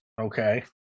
Okay